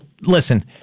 listen